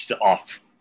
off